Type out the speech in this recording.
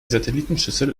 satellitenschüssel